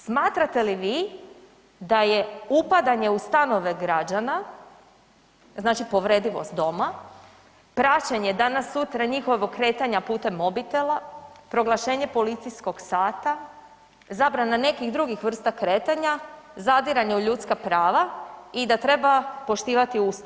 Smatrate li vi da je upadanje u stanove građana, znači povredivost doma, praćenje danas-sutra njihovog kretanja putem mobitela, proglašenje policijskog sata, zabrana nekih drugih vrsta kretanja, zadiranje u ljudska prava i da treba poštivati Ustav.